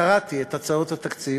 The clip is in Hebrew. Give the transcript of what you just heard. קראתי את הצעות התקציב,